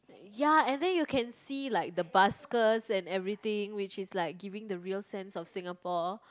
ya and then you can see like the baskers and everything which is like giving the real sense of Singapore